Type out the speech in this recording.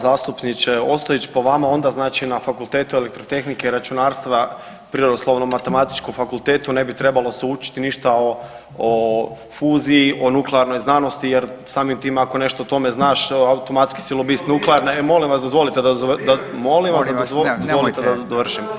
Hvala zastupniče Ostojić, po vama onda znači na Fakultetu elektrotehnike i računarstva, Prirodoslovno-matematičkom fakultetu ne bi trebalo se učiti ništa o, o fuziji, o nuklearnoj znanosti jer samim time ako nešto o tome znaš automatski si lobist nuklearne, molim vas dozvolite da, … [[Upadica: Ne razumije se.]] molim vas [[Upadica: Molim vas, nemojte.]] da dozvolite da dovršim.